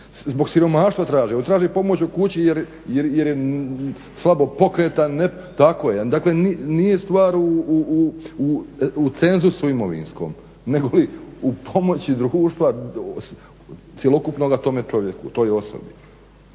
zbog siromaštva traži, on traži pomoć u kući jer je slabo pokretan, tako je. Dakle, nije stvar u cenzusu imovinskom negoli u pomoći društva cjelokupnoga tome čovjeku, toj osobi.